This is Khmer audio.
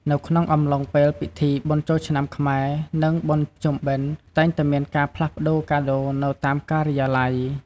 នៅក្នុងអំឡុងពេលពិធីបុណ្យចូលឆ្នាំខ្មែរ និងបុណ្យភ្ជុំបិណ្ឌតែងតែមានការផ្លាស់ប្តូរកាដូរនៅតាមការិយាល័យ។